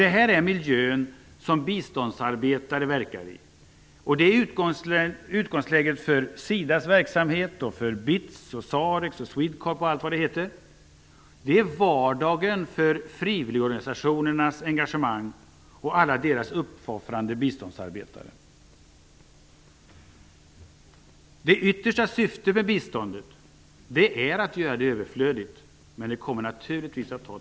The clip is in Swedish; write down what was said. Detta är den miljö som biståndsarbetare verkar i, och det är utgångsläget för t.ex. SIDA:s, BITS, SAREC:s och SwedeCorps verksamhet. Detta är vardagen för frivilligorganisationernas alla uppoffrande biståndsarbetare. Det yttersta syftet med biståndet är att göra det överflödigt. Det kommer naturligtvis att ta tid.